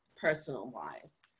personal-wise